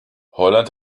holland